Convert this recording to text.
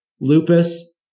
lupus